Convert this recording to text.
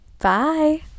Bye